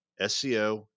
SEO